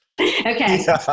okay